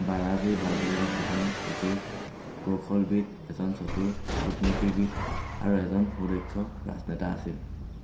বালাজী বাজীৰাও এজন চতুৰ কৌশলবিদ এজন চতুৰ কূটনীতিবিদ আৰু এজন সুদক্ষ ৰাজনেতা আছিল